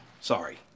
Sorry